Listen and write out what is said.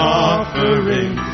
offering